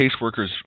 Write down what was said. caseworkers